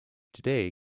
today